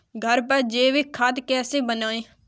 घर पर जैविक खाद कैसे बनाएँ?